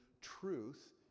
truth